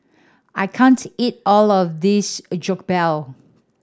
I can't eat all of this Jokbal